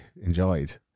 enjoyed